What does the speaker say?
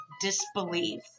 disbelief